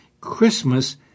Christmas